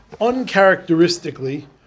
uncharacteristically